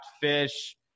Fish